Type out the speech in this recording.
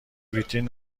ویترین